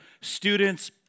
students